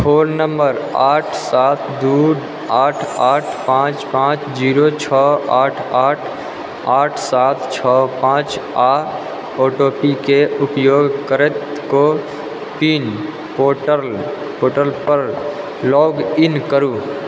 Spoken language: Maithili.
फ़ोन नम्बर आठ सात दू आठ आठ पाँच पाँच जीरो छओ आठ आठ आठ सात छओ पाँच आ ओ टी पी के उपयोग करैत को विन पोर्टलपर लॉग इन करू